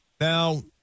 Now